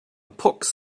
pox